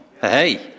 hey